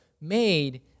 made